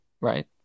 right